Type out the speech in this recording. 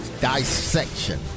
dissection